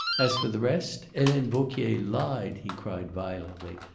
as for the rest, helene vauquier lied, he cried violently,